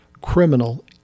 criminal